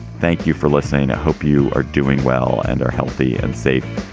thank you for listening i hope you are doing well and are healthy and safe.